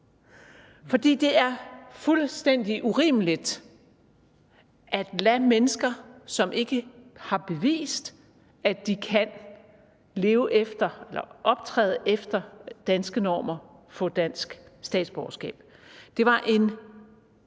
For det er fuldstændig urimeligt at lade mennesker, som ikke har bevist, at de kan optræde efter danske normer, få dansk statsborgerskab. Det var en